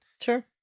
Sure